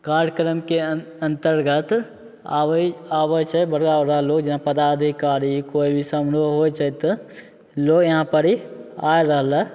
कार्यक्रमके अन्तर्गत आबै आबै छै बड़का बड़का लोक जेना पदाधिकारी कोइ भी समारोह होइ छै तऽ लोक यहाँपर आइ रहलै